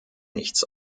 nichts